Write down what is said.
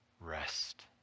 rest